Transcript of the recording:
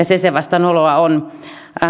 se se vasta noloa on